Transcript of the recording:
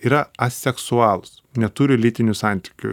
yra aseksualūs neturi lytinių santykių